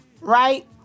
right